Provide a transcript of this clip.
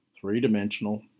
three-dimensional